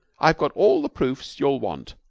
i've got all the proofs you'll want.